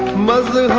muslims